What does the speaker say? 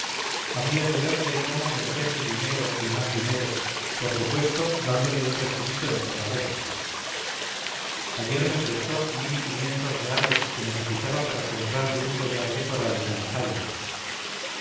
habías de verle cómo me ofrece dinero y más dinero por supuesto dándoleun recibito en toda regla ayer me prestó mil y quinientos reales que necesitaba para comprarle un collar de corales a la zaina